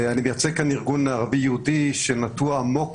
אני מייצג ארגון ערבי-יהודי שנטוע עמוק